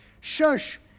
Shush